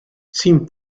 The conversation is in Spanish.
sin